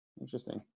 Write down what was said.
interesting